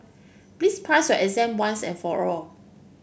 please pass your exam once and for all